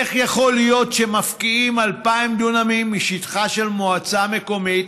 איך יכול להיות שמפקיעים 2,000 דונמים משטחה של מועצה מקומית